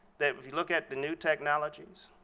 that if you look at the new technologies,